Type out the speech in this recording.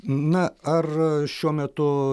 na ar šiuo metu